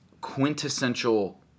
quintessential